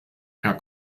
herr